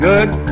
Good